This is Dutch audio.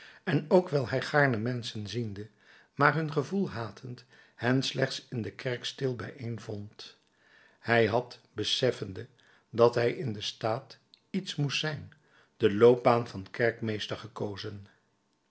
en ook wijl hij gaarne menschen ziende maar hun gewoel hatend hen slechts in de kerk stil bijeen vond hij had beseffende dat hij in den staat iets moest zijn de loopbaan van kerkmeester gekozen